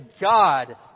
God